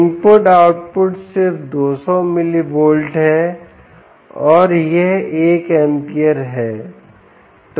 input output सिर्फ 200 millivolt है और यह 1 amp है